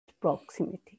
proximity